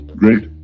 great